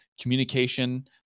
communication